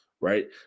right